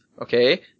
Okay